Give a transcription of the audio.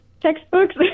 textbooks